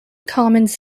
commons